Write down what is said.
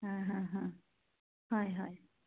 হয় হয় হয় হয় হয়